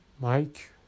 Mike